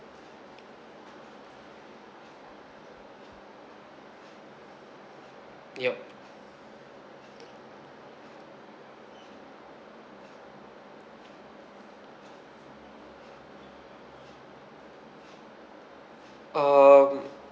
ya um